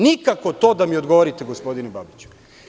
Nikako to da mi odgovorite, gospodine Babiću.